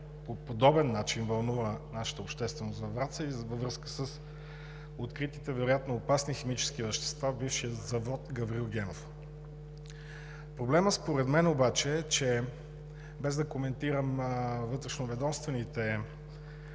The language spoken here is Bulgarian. по подобен начин вълнува нашата общественост във Враца, във връзка с откритите вероятно опасни химически вещества в бившия завод „Гаврил Генов“. Въпросът според мен обаче е – без да коментирам вътрешноведомствените